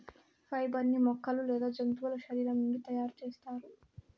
fibre ని మొక్కలు లేదా జంతువుల శరీరం నుండి తయారు చేస్తారు